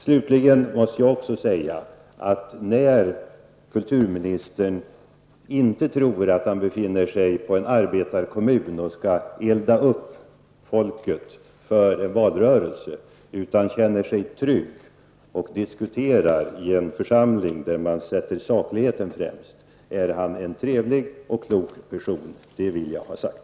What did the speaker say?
Slutligen måste jag också säga att när kulturministern inte tror att han befinner sig hos en arbetarekommun och skall elda upp folket för valrörelsen utan känner sig trygg och diskuterar i en församling där man sätter sakligheten främst, är han en trevlig och klok person. Det vill jag ha sagt.